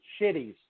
Shitties